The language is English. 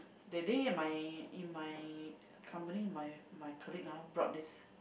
that day in my in my company my my colleague ah brought this